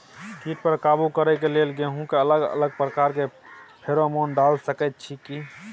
कीट पर काबू करे के लेल गेहूं के अलग अलग प्रकार के फेरोमोन डाल सकेत छी की?